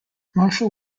marshall